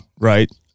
right